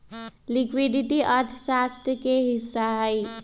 liquidity अर्थशास्त्र के ही हिस्सा हई